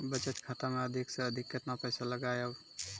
बचत खाता मे अधिक से अधिक केतना पैसा लगाय ब?